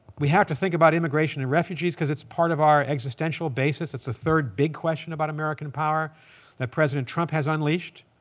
we have to think about immigration and refugees because it's part of our existential basis. it's a third big question about american power that president trump has unleashed.